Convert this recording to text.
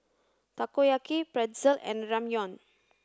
Takoyaki Pretzel and Ramyeon